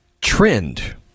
trend